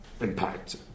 impact